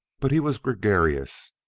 but he was gregarious,